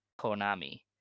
Konami